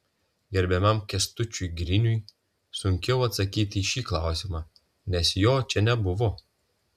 gerbiamam kęstučiui girniui sunkiau atsakyti į šį klausimą nes jo čia nebuvo